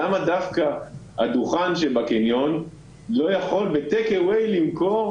למה דווקא הדוכן שבקניון לא יכול למכור